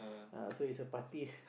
ah so it's a party